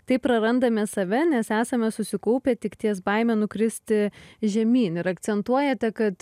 taip prarandame save nes esame susikaupę tik ties baime nukristi žemyn ir akcentuojate kad